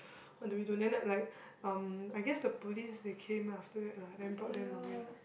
what do we do then lah like um I guess the police they came after that lah then brought them away